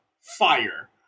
fire